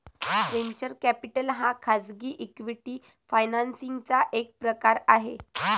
venture capital हा खाजगी equity financing चा एक प्रकार आहे